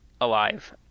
alive